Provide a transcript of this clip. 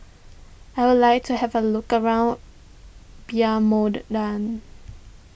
I would like to have a look around Belmopan